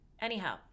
Anyhow